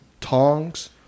tongs